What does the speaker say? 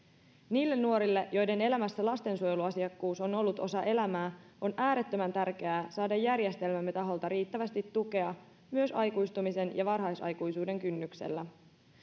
niille nuorille joiden elämässä lastensuojeluasiakkuus on ollut osa elämää on äärettömän tärkeää saada järjestelmämme taholta riittävästi tukea myös aikuistumisen ja varhaisaikuisuuden kynnyksellä